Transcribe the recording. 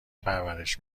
پرورش